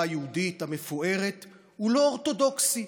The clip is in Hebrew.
היהודית המפוארת הוא לא אורתודוקסי,